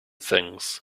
things